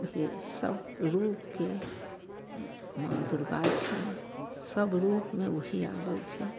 जे सब रूपके माँ दुरगा छिए सब रूपमे ओहीँ आबै छै